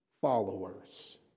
followers